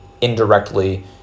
indirectly